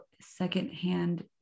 secondhand